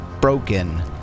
broken